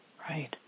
Right